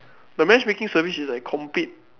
the matchmatching service is like complete